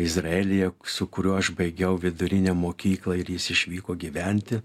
izraelyje su kuriuo aš baigiau vidurinę mokyklą ir jis išvyko gyventi